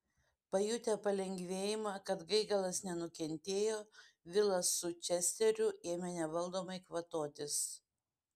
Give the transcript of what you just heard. pajutę palengvėjimą kad gaigalas nenukentėjo vilas su česteriu ėmė nevaldomai kvatotis